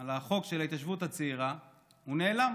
על החוק על ההתיישבות הצעירה הוא נעלם.